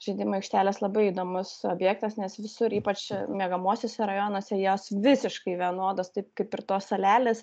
žaidimų aikštelės labai įdomus objektas nes visur ypač miegamuosiuose rajonuose jos visiškai vienodos taip kaip ir tos salelės